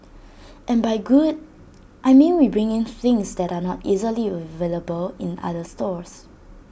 and by good I mean we bring in things that are not easily available in other stores